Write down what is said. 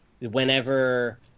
Whenever